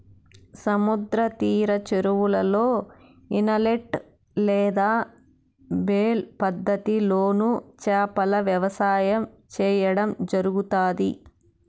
సముద్ర తీర చెరువులలో, ఇనలేట్ లేదా బేలు పద్ధతి లోను చేపల వ్యవసాయం సేయడం జరుగుతాది